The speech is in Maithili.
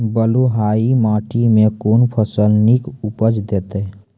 बलूआही माटि मे कून फसल नीक उपज देतै?